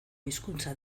hizkuntza